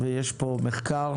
יש פה מחקר,